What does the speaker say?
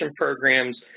programs